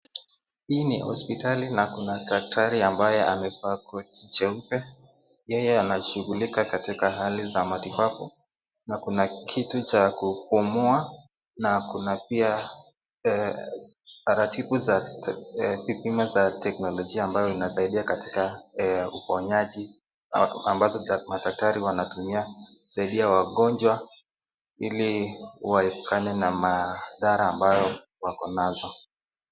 Hapa ni hospitali na kuna daktari ambayo amevalia koti jeupe, yeye anashughulika katika matibabu na kuna kitu cha kupumua, na kuna pia taratibu cha vipimo za teknolojia, katika uponyaji madaktari wanatumia kusaidia wagonjwa iliwaonekane na madhara ambaye wako nazo.